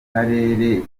karere